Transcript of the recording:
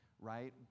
right